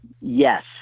Yes